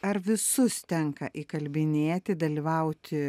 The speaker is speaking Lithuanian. ar visus tenka įkalbinėti dalyvauti